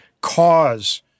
cause